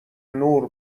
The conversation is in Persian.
نور